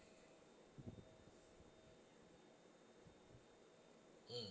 mmhmm